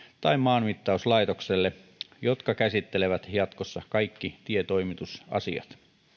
tai maanmittauslaitokselle jotka käsittelevät jatkossa kaikki tietoimitusasiat